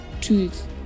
truth